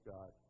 God